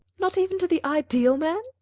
not even to the ideal man?